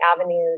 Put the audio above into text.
avenues